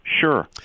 Sure